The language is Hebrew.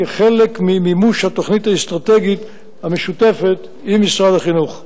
כחלק ממימוש התוכנית האסטרטגית המשותפת עם משרד החינוך.